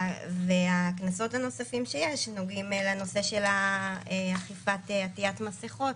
והקנסות הנוספים שיש נוגעים לנושא של אכיפת עטיית מסכות,